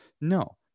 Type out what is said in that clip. no